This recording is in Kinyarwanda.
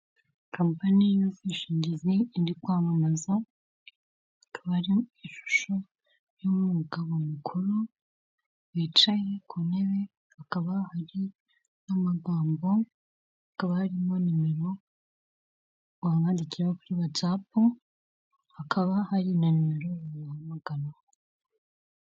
Company y'ubwishingizi iri kwamamaza, akaba ari ishusho y'umugabo mukuru wicaye ku ntebe. Hakaba hari n'amagambo, hakaba harimo numero wamwandikiraho kuri whatsapp, hakaba hari na numero wamuhampagaraho.